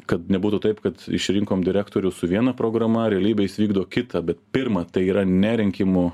kad nebūtų taip kad išrinkom direktorių su viena programa realybėj jis vykdo kitą bet pirma tai yra ne rinkimų